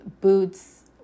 boots